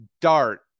dart